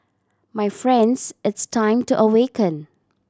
my friends it's time to awaken